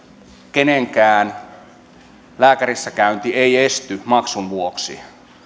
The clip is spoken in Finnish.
kenenkään lääkärissäkäynti ei esty maksun vuoksi